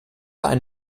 einen